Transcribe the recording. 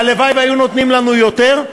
והלוואי שהיו נותנים לנו יותר,